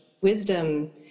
wisdom